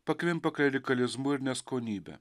pakvimpa klerikalizmu ir neskonybe